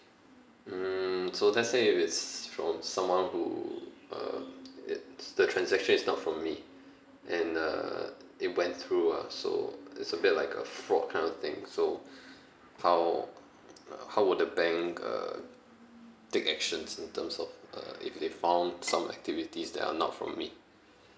mm so let's say if it's from someone who um it's the transaction is not from me and uh they went through ah so it's a bit like a fraud kind of thing so how uh how would the bank uh take actions in terms of uh if they found some activities that are not from me